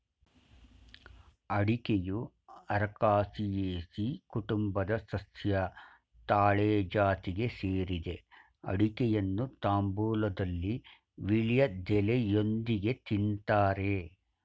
ಅಡಿಕೆಯು Arecaceae ಕುಟುಂಬದ ಸಸ್ಯ ತಾಳೆ ಜಾತಿಗೆ ಸೇರಿದೆ ಅಡಿಕೆಯನ್ನು ತಾಂಬೂಲದಲ್ಲಿ ವೀಳ್ಯದೆಲೆಯೊಂದಿಗೆ ತಿನ್ತಾರೆ